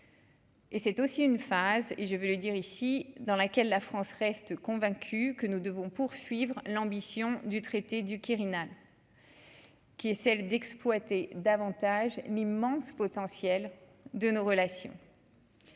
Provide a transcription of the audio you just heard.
Et c'est aussi une phase et je veux le dire ici, dans laquelle la France reste convaincu que nous devons poursuivre l'ambition du traité du Quirinal. Qui est celle d'exploiter davantage l'immense potentiel de nos relations.